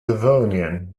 devonian